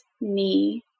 knee